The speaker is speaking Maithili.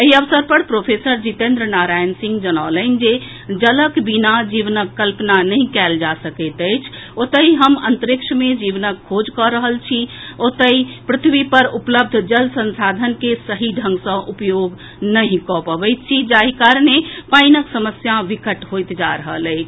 एहि अवसर पर प्रोफेसर जितेन्द्र नारायण सिंह जनौलनि जे जलक बिना जीवनक कल्पना नहि कयल जा सकैत अछि जतए हम अंतरिक्ष मे जीवनक खोज कऽ रहल छी ओतहि पृथ्वी पर उपलब्ध जल संसाधन के सही ढंग सँ उपयोग नहि कऽ पबैत छी जाहि कारणे पानिक समस्या विकट होइत जा रहल अछि